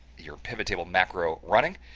your pivot table macro running.